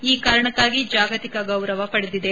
ಈ ಕಾರಣಕ್ಕಾಗಿ ಜಾಗತಿಕ ಗೌರವ ಪಡೆದಿದೆ